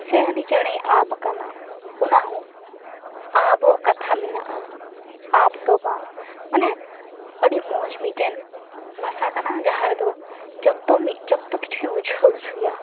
ᱥᱮ ᱦᱟᱹᱱᱤ ᱪᱮᱸᱬᱮᱭ ᱟᱵᱽ ᱟᱠᱟᱱᱟ ᱚᱱᱟ ᱦᱚᱸ ᱟᱵᱚᱜ ᱠᱟᱛᱷᱟ ᱢᱮᱱᱟᱜᱼᱟ ᱟᱯ ᱫᱚ ᱵᱟᱝ ᱢᱟᱱᱮ ᱟᱹᱰᱤ ᱢᱚᱡ ᱢᱤᱫᱴᱮᱱ ᱵᱷᱟᱥᱟ ᱠᱟᱱᱟ ᱡᱟᱦᱟᱸ ᱨᱮᱫᱚ ᱡᱚᱛᱚ ᱢᱤᱫ ᱡᱚᱛᱚ ᱠᱤᱪᱷᱩ ᱵᱩᱡᱷᱟᱹᱣ ᱚᱪᱚᱭᱟ